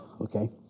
Okay